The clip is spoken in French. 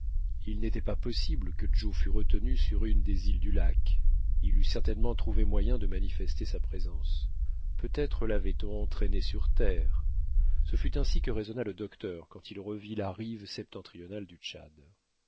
il n'était pas possible que joe fût retenu sur une des îles du lac il et certainement trouvé moyen de manifester sa présence peut-être lavait on entraîné sur terre ce fut ainsi que raisonna le docteur quand il revit la rive septentrionale du tchad